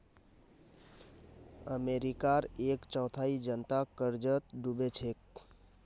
अमेरिकार एक चौथाई जनता कर्जत डूबे छेक